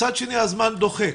מצד שני הזמן דוחק,